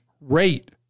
rate